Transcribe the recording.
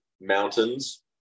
mountains